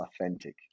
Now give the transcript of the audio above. authentic